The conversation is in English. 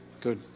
good